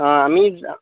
আমি